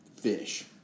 fish